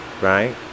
Right